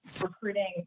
recruiting